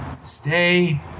Stay